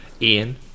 Ian